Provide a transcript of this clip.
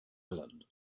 ireland